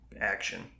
action